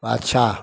पाछा